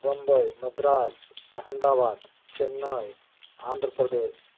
Bombay Madras Ahmedabad Chennai Andhra Pradesh